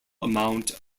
amount